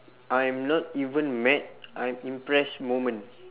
I'm not even mad I'm impressed moment